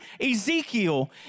Ezekiel